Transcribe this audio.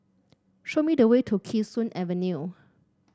show me the way to Kee Sun Avenue